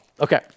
Okay